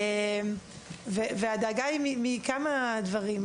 הדאגה היא מכמה דברים.